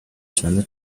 cane